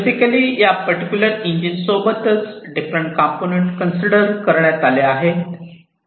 basically या particular engine सोबत different component consider करण्यात आले आहेत